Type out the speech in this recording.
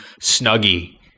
snuggie